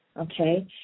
okay